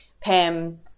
Pam